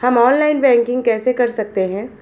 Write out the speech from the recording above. हम online banking कैसे कर सकते हैं?